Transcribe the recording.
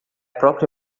própria